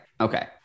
okay